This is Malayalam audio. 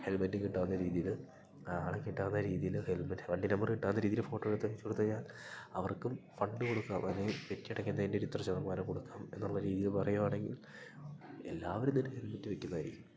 ഹെൽമറ്റും കിട്ടാവുന്ന രീതിയിൽ ആളെ കിട്ടാവുന്ന രീതിയിൽ ഹെൽമറ്റ് വണ്ടി നമ്പറ് കിട്ടാവുന്ന രീതിയിൽ ഫോട്ടൊയെടുത്ത് അയച്ച് കൊടുത്ത് കഴിഞ്ഞാൽ അവർക്കും ഫണ്ട് കൊടുക്കാം അല്ലെങ്കിൽ പെറ്റിടയ്ക്കുന്നതിന്റെ ഒരു ഇത്ര ശതമാനം കൊടുക്കാം എന്നുള്ള രീതിയിൽ പറയുവാണെങ്കിൽ എല്ലാവരും തന്നെ ഹെൽമെറ്റ് വെക്കുന്നതായിരിക്കും